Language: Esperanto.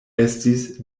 estis